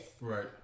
Right